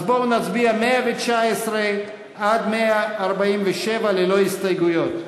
אז בואו נצביע, 119 147, ללא הסתייגויות.